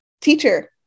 teacher